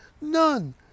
none